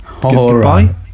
Goodbye